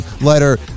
letter